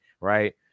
Right